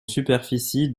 superficie